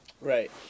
Right